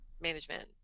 management